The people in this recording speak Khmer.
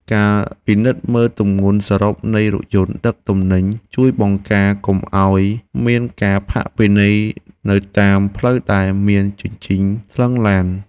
ការពិនិត្យមើលទម្ងន់សរុបនៃរថយន្តដឹកទំនិញជួយបង្ការកុំឱ្យមានការផាកពិន័យនៅតាមផ្លូវដែលមានជញ្ជីងថ្លឹងឡាន។